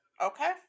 Okay